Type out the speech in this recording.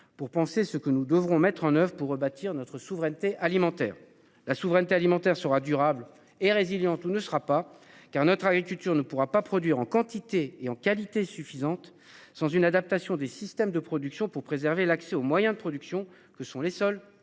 pour penser ce que nous devrons mettre en oeuvre pour bâtir notre souveraineté alimentaire la souveraineté alimentaire sera durable et résilientes ou ne sera pas qu'un autre agriculture ne pourra pas produire en quantité et en qualité suffisante. Sans une adaptation des systèmes de production pour préserver l'accès aux moyens de production que sont les seuls